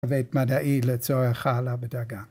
ואת מדעי לצורך העלה בדרגה.